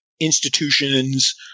institutions